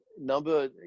number